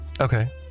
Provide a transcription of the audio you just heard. Okay